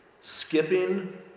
Skipping